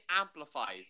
amplifies